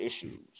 issues